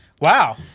wow